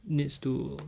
needs to